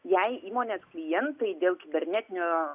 jei įmonės klientai dėl kibernetinio